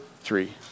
three